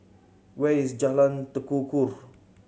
where is Jalan Tekukor